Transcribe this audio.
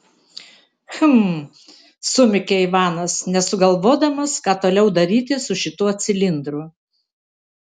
hm sumykė ivanas nesugalvodamas ką toliau daryti su šituo cilindru